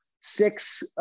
six